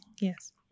yes